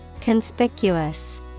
conspicuous